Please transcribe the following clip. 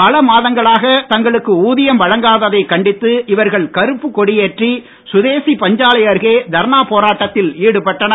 பல மாதங்களாக தங்களுக்கு ஊதியம் வழங்காத்தை கண்டித்து இவர்கள் கறுப்பு கொடியேற்றி சுதேசி பஞ்சாலை அருகே தர்ணா போராட்டத்தில் ஈடுபட்டனர்